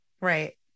Right